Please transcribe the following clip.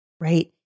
right